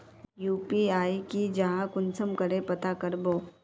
UPI की जाहा कुंसम करे पता करबो?